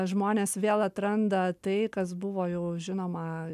žmonės vėl atranda tai kas buvo jau žinoma